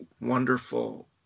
wonderful